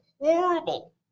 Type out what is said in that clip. horrible